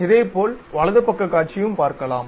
இதேபோல் வலது பக்கக் காட்சியும் பார்கலாம்